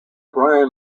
bryan